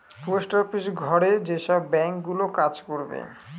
post office ঘরে যেসব bank গুলো কাজ করবে